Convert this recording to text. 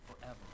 forever